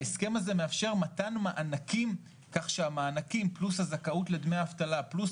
ההסכם הזה מאפשר מתן מענקים כך שהמענקים פלוס הזכאות לדמי אבטלה פלוס